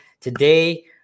today